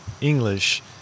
English